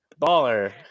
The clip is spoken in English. Baller